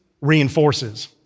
reinforces